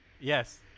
Yes